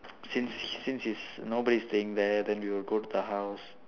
since since is nobody is staying there then we would go to the house